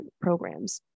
programs